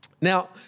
Now